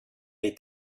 est